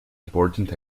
important